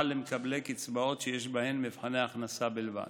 למקבלי קצבאות שיש בהן מבחני הכנסה בלבד.